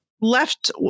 left